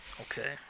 Okay